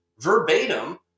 verbatim